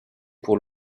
pour